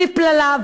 ופלל"א,